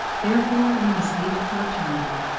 therefore we must leave it for eternity.